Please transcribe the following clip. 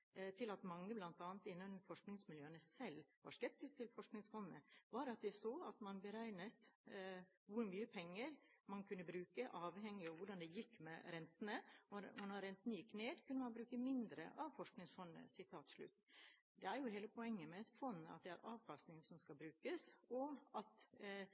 til fond … Grunnen til at mange bl.a. innen forskningsmiljøene selv var skeptiske til Forskningsfondet, var at de så at man beregnet hvor mye penger man kunne bruke avhengig av hvordan det gikk med rentene, og når renten gikk ned, kunne man bruke mindre av Forskningsfondet.» Hele poenget med et fond er jo at det er avkastningen som skal brukes, og at